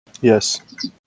Yes